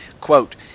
Quote